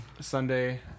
Sunday